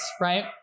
right